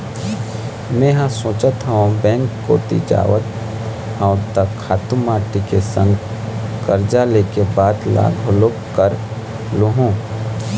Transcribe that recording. मेंहा सोचत हव बेंक कोती जावत हव त खातू माटी के संग करजा ले के बात ल घलोक कर लुहूँ